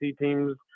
teams